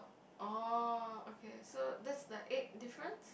oh okay so that's the eighth difference